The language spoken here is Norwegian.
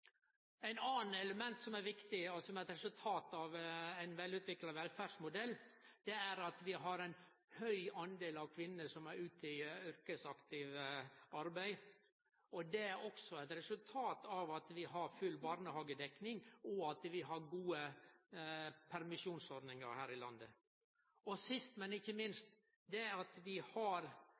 ein velutvikla velferdsmodell, er at vi har ein stor del kvinner som er ute i yrkesaktivt arbeid. Det er også eit resultat av at vi har full barnehagedekning, og av at vi har gode permisjonsordningar her i landet. Sist, men ikkje minst – det at vi har